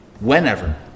whenever